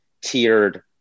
tiered